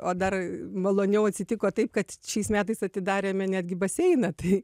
o dar maloniau atsitiko taip kad šiais metais atidarėme netgi baseiną tai